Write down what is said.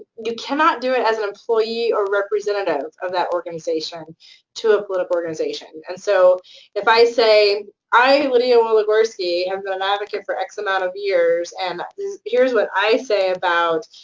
you cannot do it as an employee or representative of that organization to a political organization. and so if i say, i, lydia waligorski, have been an advocate for x amount of years, and here's what i say about